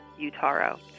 Utaro